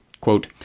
quote